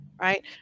right